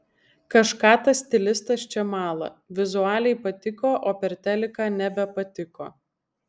kažką tas stilistas čia mala vizualiai patiko o per teliką nebepatiko